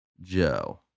Joe